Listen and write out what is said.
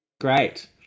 Great